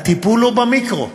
הטיפול הוא במיקרו,